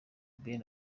ben